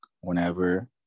whenever